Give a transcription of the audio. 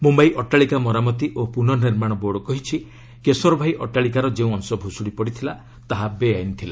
ମୁମ୍ୟାଇ ଅଟ୍ଟାଳିକା ମରାମତି ଓ ପୁନଃନିର୍ମାଣ ବୋର୍ଡ଼ କହିଛି କେଶରଭାଇ ଅଟ୍ଟାଳିକାର ଯେଉଁ ଅଂଶ ଭୂଷୁଡ଼ି ପଡ଼ିଥିଲା ତାହା ବେଆଇନ ଥିଲା